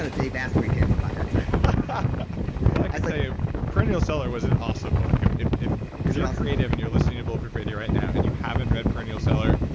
ah dave asprey'd him about that title well, i can say perennial seller was an awesome book. and if if you're you're ah creative and you're listening to bulletproof radio right now and you haven't read perennial seller,